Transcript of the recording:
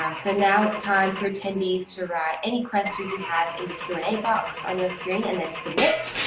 ah so now it's time for attendees to write any questions you have in the q and a box on your screen, and then, submit.